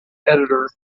editor